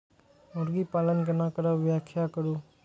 मुर्गी पालन केना करब व्याख्या करु?